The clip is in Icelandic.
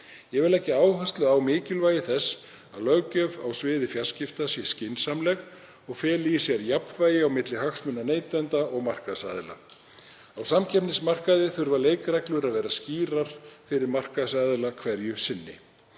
Ég vil leggja áherslu á mikilvægi þess að löggjöf á sviði fjarskipta sé skynsamleg og feli í sér jafnvægi á milli hagsmuna neytenda og markaðsaðila. Á samkeppnismarkaði þurfa leikreglur að vera skýrar fyrir markaðsaðila hverju sinni.